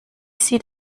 sieht